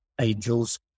angels